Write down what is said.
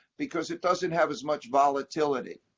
because it doesn't have as much volatility.